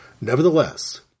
Nevertheless